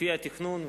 לפי התכנון,